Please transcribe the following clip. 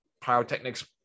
pyrotechnics